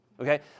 okay